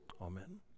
amen